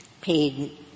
paid